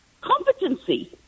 competency